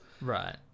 right